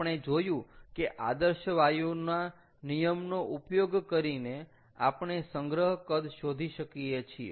આપણે જોયું કે આદર્શ વાયુ નિયમનો ઉપયોગ કરીને આપણે સંગ્રહ કદ શોધી શકીએ છીએ